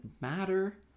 matter